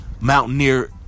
Mountaineer